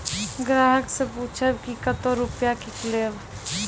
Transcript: ग्राहक से पूछब की कतो रुपिया किकलेब?